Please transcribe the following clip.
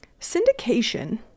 syndication